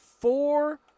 Four